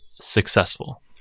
successful